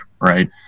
right